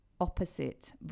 opposite